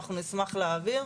אנחנו נשמח להעביר.